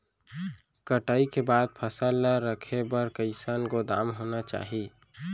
कटाई के बाद फसल ला रखे बर कईसन गोदाम होना चाही?